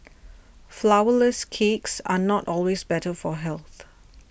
Flourless Cakes are not always better for health